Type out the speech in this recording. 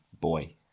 boy